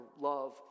love